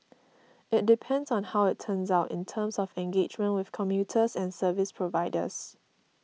it depends on how it turns out in terms of engagement with commuters and service providers